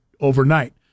overnight